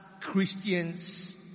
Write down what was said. Christians